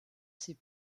ses